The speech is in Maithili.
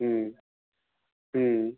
हूँ हूँ